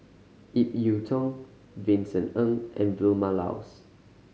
Ip Yiu Tung Vincent Ng and Vilma Laus